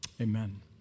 amen